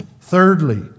Thirdly